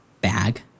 bag